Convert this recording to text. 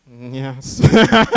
Yes